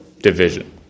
division